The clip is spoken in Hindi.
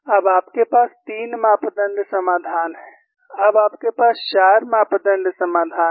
अब आपके पास 3 मापदण्ड समाधान है अब आपके पास 4 मापदण्ड समाधान है